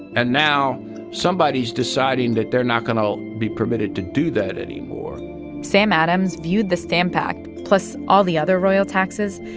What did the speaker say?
and now somebody's deciding that they're not going ah to be permitted to do that anymore sam adams viewed the stamp act, plus all the other royal taxes,